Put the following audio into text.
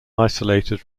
isolated